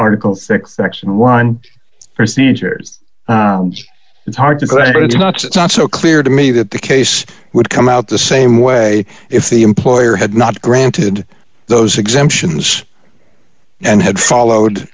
article six section wind procedures it's hard to credit it's not it's not so clear to me that the case would come out the same way if the employer had not granted those exemptions and had followed